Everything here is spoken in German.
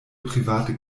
private